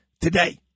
today